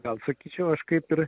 gal sakyčiau aš kaip ir